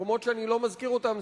מקומות שאני לא מזכיר אותם,